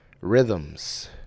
Rhythms